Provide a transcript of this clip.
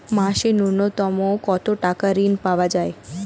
মাসে নূন্যতম কত টাকা ঋণ পাওয়া য়ায়?